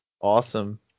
awesome